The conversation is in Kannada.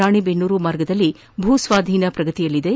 ರಾಣಿಬೆನ್ನೂರು ಮಾರ್ಗದಲ್ಲಿ ಭೂಸ್ವಾದೀನ ಪ್ರಗತಿಯಲ್ಲಿದೆ